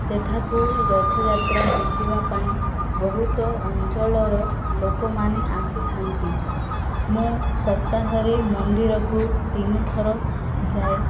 ସେଠାକୁ ରଥଯାତ୍ରା ଦେଖିବା ପାଇଁ ବହୁତ ଅଞ୍ଚଳର ଲୋକମାନେ ଆସିଥାନ୍ତି ମୁଁ ସପ୍ତାହରେ ମନ୍ଦିରକୁ ତିନିଥର ଯାଏ